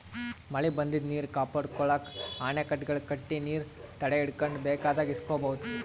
ಮಳಿ ಬಂದಿದ್ದ್ ನೀರ್ ಕಾಪಾಡ್ಕೊಳಕ್ಕ್ ಅಣೆಕಟ್ಟೆಗಳ್ ಕಟ್ಟಿ ನೀರ್ ತಡೆಹಿಡ್ಕೊಂಡ್ ಬೇಕಾದಾಗ್ ಬಳಸ್ಕೋಬಹುದ್